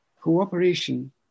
Cooperation